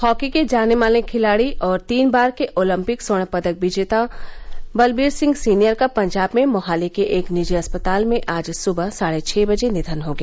hockey के जाने माने खिलाड़ी और तीन बार के ओलम्पिक स्वर्ण पदक विजेता बलबीर सिंह सीनियर का पंजाब में मोहाली के एक निजी अस्पताल में आज सुबह साढ़े छः बजे निधन हो गया